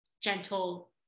gentle